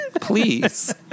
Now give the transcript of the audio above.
Please